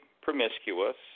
promiscuous